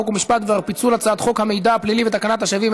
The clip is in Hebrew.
חוק ומשפט בדבר פיצול הצעת חוק המידע הפלילי ותקנת השבים,